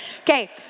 Okay